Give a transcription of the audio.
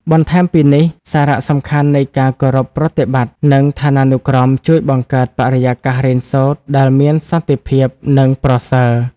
បន្ថែមពីនេះសារសំខាន់នៃការគោរពប្រតិបត្តិ និងឋានានុក្រមជួយបង្កើតបរិយាកាសរៀនសូត្រដែលមានសន្តិភាព និងប្រសើរ។